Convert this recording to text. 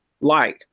light